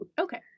Okay